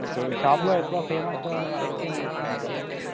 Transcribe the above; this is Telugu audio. ఓకే షాప్లో ఎక్కువ ఫేమస్ ఐస్ క్రీమ్ ఏది సార్ మీ దగ్గర